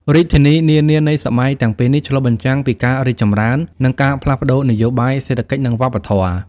រាជធានីនានានៃសម័យទាំងពីរនេះ ឆ្លុះបញ្ចាំងពីការរីកចម្រើន និងការផ្លាស់ប្តូរនយោបាយ សេដ្ឋកិច្ច និងវប្បធម៌។